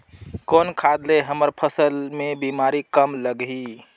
कौन खाद ले हमर फसल मे बीमारी कम लगही?